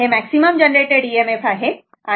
हे maximum generated EMF आहे बरोबर